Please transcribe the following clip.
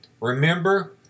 Remember